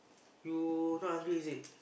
you not hungry is it